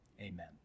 Amen